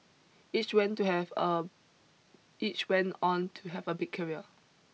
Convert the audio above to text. each went to have a each went on to have a big career